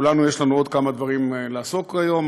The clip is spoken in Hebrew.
לכולנו יש עוד כמה דברים לעסוק בהם היום,